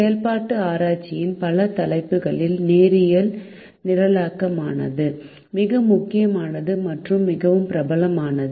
செயல்பாட்டு ஆராய்ச்சியின் பல தலைப்புகளில் நேரியல் நிரலாக்கமானது மிக முக்கியமானது மற்றும் மிகவும் பிரபலமானது